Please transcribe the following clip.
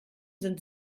sind